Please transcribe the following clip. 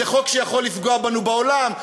זה חוק שיכול לפגוע בנו בעולם,